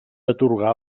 atorgar